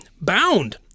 bound